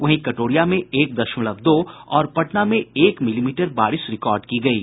वहीं कटोरिया में एक दशमलव दो और पटना में एक मिलीमीटर बारिश रिकार्ड की गयी